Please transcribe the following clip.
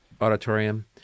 auditorium